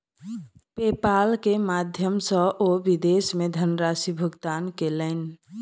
PayPal के माध्यम सॅ ओ विदेश मे धनराशि भुगतान कयलैन